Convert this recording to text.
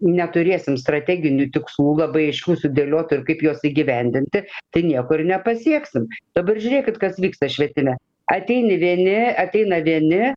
neturėsim strateginių tikslų labai aiškių sudėliotų ir kaip juos įgyvendinti tai nieko ir nepasieksim dabar žiūrėkit kas vyksta švietime ateini vieni ateina vieni